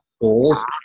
goals